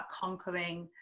conquering